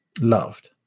loved